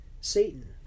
Satan